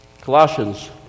Colossians